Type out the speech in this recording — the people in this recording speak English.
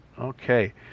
Okay